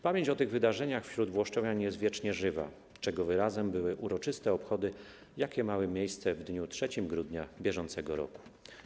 Pamięć o tych wydarzeniach wśród włoszczowian jest wiecznie żywa, czego wyrazem były uroczyste obchody, jakie miały miejsce w dniu 3 grudnia br.